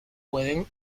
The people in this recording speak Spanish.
pueden